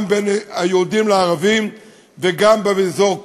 גם בין היהודים לערבים וגם באזור כולו.